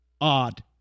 odd